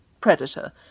predator